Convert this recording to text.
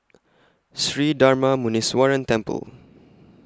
Sri Darma Muneeswaran Temple